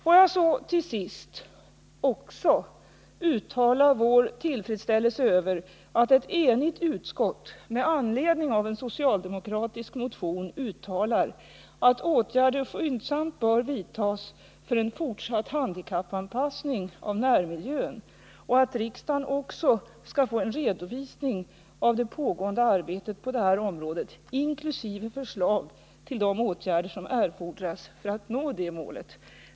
Får jag till sist också uttrycka vår tillfredsställelse över att ett enigt utskott med anledning av en socialdemokratisk motion uttalar att åtgärder skyndsamt bör vidtas för en fortsatt handikappanpassning av närmiljön och att riksdagen också skall få en redovisning av pågående arbete på området inkl. förslag till de åtgärder som erfordras för att nå detta mål.